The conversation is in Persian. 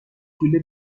طول